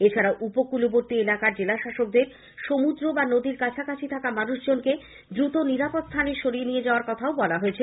এছাড়াও উপকূলবর্তী জেলার জেলাশাসক দের সমুদ্র বা নদীর কাছে থাকা মানুষদের দ্রুত নিরাপদ স্থানে সরিয়ে নিয়ে যাওয়ার কথা বলা হয়েছে